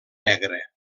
negre